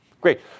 Great